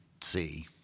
see –